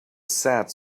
sad